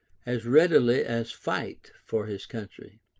as readily as fight for his country.